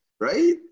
right